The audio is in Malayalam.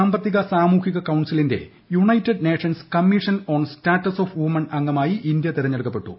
സാമ്പത്തിക സ്ട്മൂഹിക കൌൺസിലിന്റെ united nations commission on status of women അംഗമായി ഇന്ത്യ തിരഞ്ഞെടുക്കപ്പെട്ടു